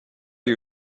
you